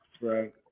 Right